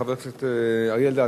חבר הכנסת אריה אלדד.